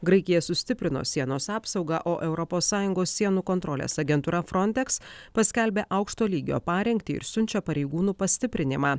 graikija sustiprino sienos apsaugą o europos sąjungos sienų kontrolės agentūra frontex paskelbė aukšto lygio parengtį ir siunčia pareigūnų pastiprinimą